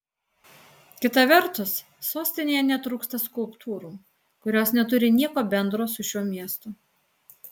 kita vertus sostinėje netrūksta skulptūrų kurios neturi nieko bendro su šiuo miestu